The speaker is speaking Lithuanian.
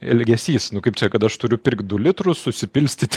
elgesys nu kaip čia kad aš turiu pirkt du litrus supilstyt